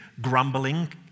grumbling